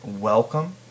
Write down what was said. welcome